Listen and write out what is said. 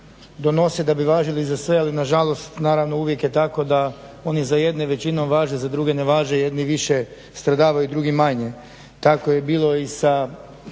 da bi važili za sve, ali nažalost naravno uvijek je tako da oni za jedne većinom važe, za druge ne važe, jedni više stradavaju drugi manje. Tako je bilo i sa